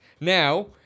Now